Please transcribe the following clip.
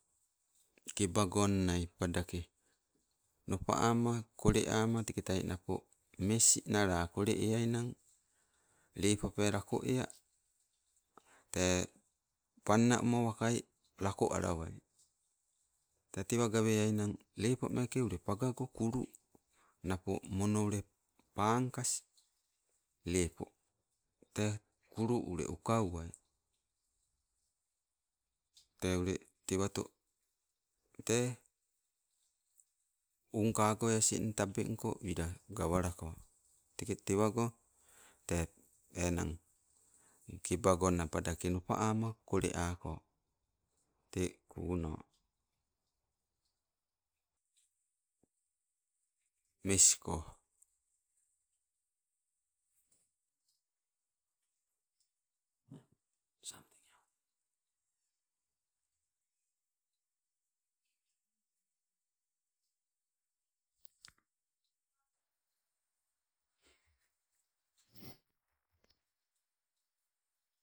Keba gonnai, padake nopa ama, kole ama teketai napo mes nala kole eainang lepope lako ea, te panna oma wakai lako alawai. Tee tewa gawe ainang lepo meeke we pawago kulu napo mono ule pankas lepo, te kulu ule uka uwai. Tee ule tewato, tee ungkagoi asing tabengko wila gawalako. Teke tewago tee enang keba gonnai padake nopa ama, kole ako, te kuuno mesko.